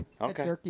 Okay